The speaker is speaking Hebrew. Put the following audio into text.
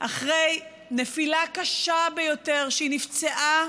אחרי נפילה קשה ביותר, שהיא נפצעה בה